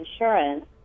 insurance